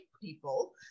people